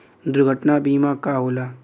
दुर्घटना बीमा का होला?